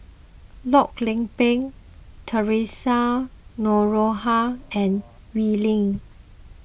Loh Lik Peng theresa Noronha and Wee Lin